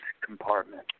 compartment